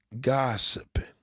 Gossiping